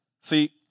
See